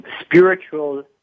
spiritual